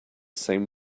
same